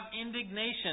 indignation